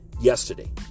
yesterday